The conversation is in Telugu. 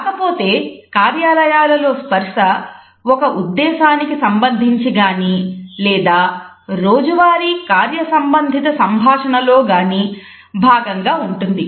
కాకపోతే కార్యాలయాలలో స్పర్శ ఒక ఉద్దేశానికి సంబంధించి గాని లేదా రోజువారీ కార్య సంబంధిత సంభాషణ లో గాని భాగంగా ఉంటుంది